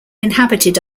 inhabited